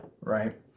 right